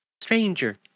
stranger